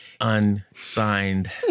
unsigned